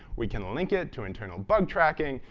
we can link it to internal bug tracking.